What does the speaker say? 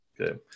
okay